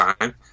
time